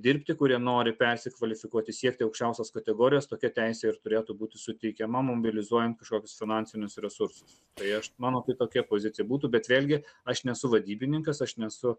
dirbti kurie nori persikvalifikuoti siekti aukščiausios kategorijos tokia teisė ir turėtų būti suteikiama mobilizuojant kažkokius finansinius resursus tai aš mano tai tokia pozicija būtų bet vėlgi aš nesu vadybininkas aš nesu